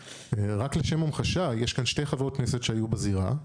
רק לשם המחשה, יש כאן שתי חברות כנסת שהיו בזירה.